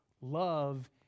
Love